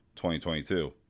2022